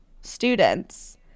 students